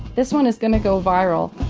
this one is going to go viral.